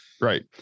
Right